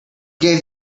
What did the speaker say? gave